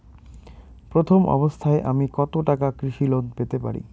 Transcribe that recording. প্রথম অবস্থায় আমি কত টাকা কৃষি লোন পেতে পারি?